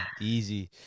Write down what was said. easy